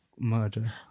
murder